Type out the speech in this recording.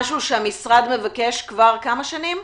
משהו שהמשרד מבקש כבר כמה שנים?